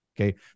Okay